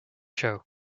show